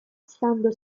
stando